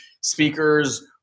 speakers